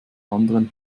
anderen